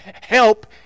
help